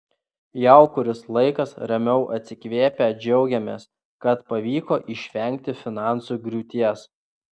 jau kuris laikas ramiau atsikvėpę džiaugiamės kad pavyko išvengti finansų griūties